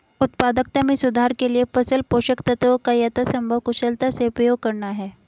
उत्पादकता में सुधार के लिए फसल पोषक तत्वों का यथासंभव कुशलता से उपयोग करना है